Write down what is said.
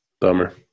Bummer